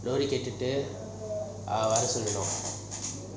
nobody ah காட்டிட்டு வர சொல்லிடனும்:kaatitu vara solidanum